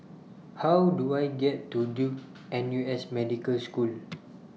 How Do I get to Duke N U S Medical School